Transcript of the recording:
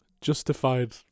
justified